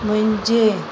मुंहिंजे